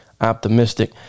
optimistic